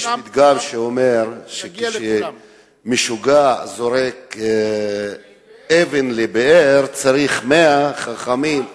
יש פתגם שאומר שכשמשוגע זורק אבן לבאר צריך 100 חכמים,